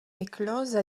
éclosent